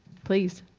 please?